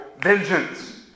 Vengeance